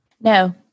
no